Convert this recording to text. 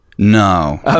No